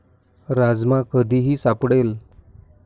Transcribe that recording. राजमा कधीही सापडेल